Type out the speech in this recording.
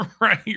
Right